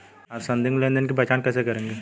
आप संदिग्ध लेनदेन की पहचान कैसे करेंगे?